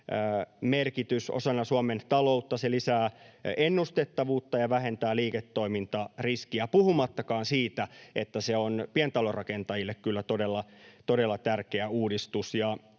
merkitys osana Suomen taloutta. Se lisää ennustettavuutta ja vähentää liiketoimintariskiä, puhumattakaan siitä, että se on pientalorakentajille kyllä todella tärkeä uudistus.